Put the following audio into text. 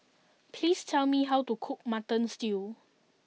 please tell me how to cook Mutton Stew